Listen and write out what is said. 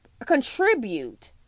contribute